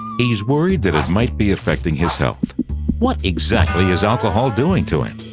he's worried that it might be affecting his health what exactly is alcohol doing to him?